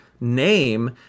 name